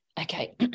Okay